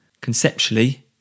conceptually